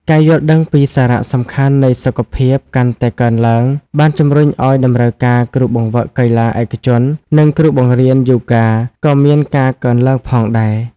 ការយល់ដឹងពីសារៈសំខាន់នៃសុខភាពកាន់តែកើនឡើង បានជំរុញឱ្យតម្រូវការគ្រូបង្វឹកកីឡាឯកជននិងគ្រូបង្រៀនយូហ្គាក៏មានការកើនឡើងផងដែរ។